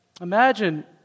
Imagine